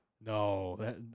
No